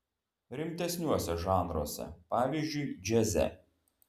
rimtesniuose žanruose pavyzdžiui džiaze